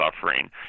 suffering